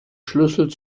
schlüssel